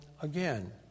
again